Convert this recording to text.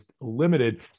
limited